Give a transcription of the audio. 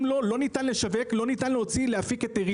אם לא, לא ניתן לשווק, לא ניתן להפיק היתרים.